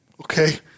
okay